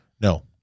No